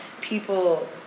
people